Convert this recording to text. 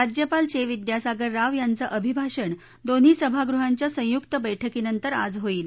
राज्यपाल चे विद्यासागर राव यांचं अभिभाषण दोन्ही सभागृहांच्या संयुक्त बैठकीनंतर आज होईल